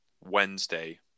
Wednesday